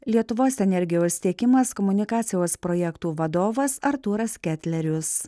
lietuvos energijos tiekimas komunikacijos projektų vadovas artūras ketlerius